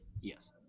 Yes